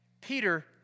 Peter